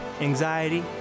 Anxiety